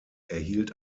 erhielt